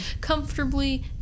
comfortably